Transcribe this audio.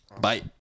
Bye